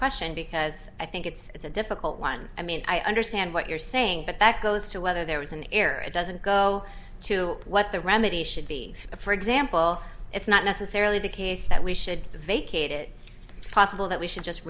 question because i think it's a difficult one i mean i understand what you're saying but that goes to whether there was an error it doesn't go to what the remedy should be for example it's not necessarily the case that we should vacate it possible that we should just